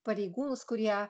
pareigūnus kurie